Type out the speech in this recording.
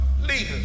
leaders